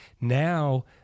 Now